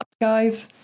guys